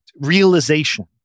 realization